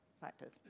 factors